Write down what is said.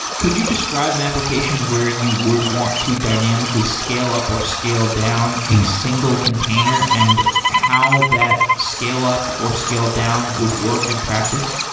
could you describe an application where you would want to dynamically scale up or scale down a single container and how that scale up or scale down would work in practice?